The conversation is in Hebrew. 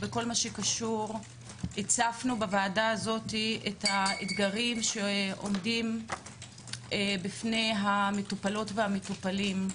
ימים הצפנו בוועדה את האתגרים שעומדים בפני המטופלות והמטופלים.